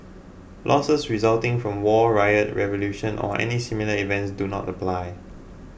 losses resulting from war riot revolution or any similar events do not apply